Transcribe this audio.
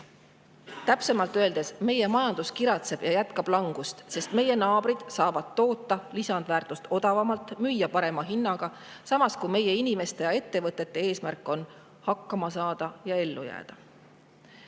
Täpsemalt öeldes, meie majandus kiratseb ja jätkab langust, sest meie naabrid saavad toota lisandväärtust odavamalt, müüa parema hinnaga, samas kui meie inimeste ja ettevõtete eesmärk on hakkama saada ja ellu jääda. Veidi